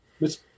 Miss